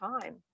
time